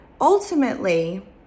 ultimately